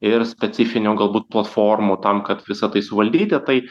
ir specifinių galbūt platformų tam kad visa tai suvaldyti tai